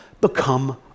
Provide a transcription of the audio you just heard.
become